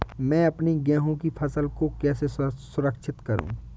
मैं अपनी गेहूँ की फसल को कैसे सुरक्षित करूँ?